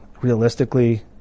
realistically